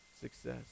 success